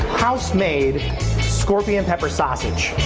house made scorpion pepper sausage.